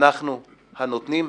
אנחנו הנותנים,